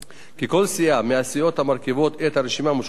כי כל סיעה מהסיעות המרכיבות את הרשימה המשותפת